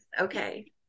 Okay